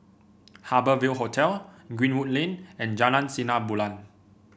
Harbour Ville Hotel Greenwood Lane and Jalan Sinar Bulan